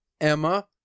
Emma